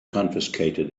confiscated